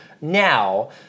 now